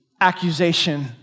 accusation